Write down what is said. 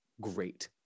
great